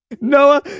Noah